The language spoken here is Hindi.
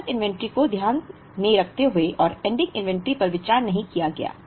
औसत इन्वेंट्री को ध्यान में रखते हुए और एंडिंग इन्वेंट्री पर विचार नहीं किया गया